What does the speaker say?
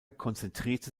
konzentrierte